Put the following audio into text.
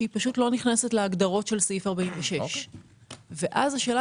שלא נכנסת להגדרות של סעיף 46. אז השאלה